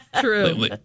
True